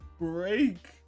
break